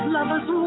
Lovers